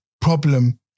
problem